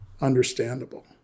understandable